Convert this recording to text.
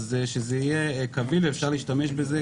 כך שזה יהיה קביל ואפשר יהיה להשתמש בזה